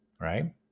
right